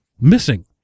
missing